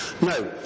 No